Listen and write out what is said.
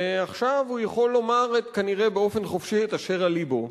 ועכשיו הוא יכול לומר כנראה באופן חופשי את אשר על לבו,